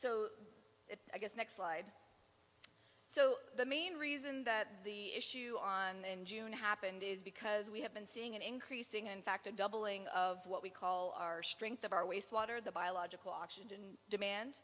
so i guess next slide so the main reason that the issue on in june happened is because we have been seeing an increasing in fact a doubling of what we call our strength of our wastewater the biological oxygen demand